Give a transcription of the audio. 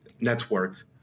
network